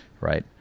right